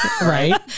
Right